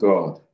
God